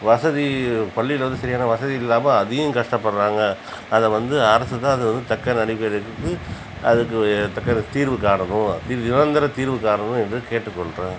வசதி பள்ளியில் வந்து சரியான வசதியில்லாமல் அதையும் கஷ்டப்படுகிறாங்க அதை வந்து அரசுதான் அதை வந்து தக்க நடவடிக்கை எடுத்து அதுக்கு தக்க தீர்வு காணணும் நிரந்தர தீர்வு காணணும் என்று கேட்டுக்கொள்கிறன்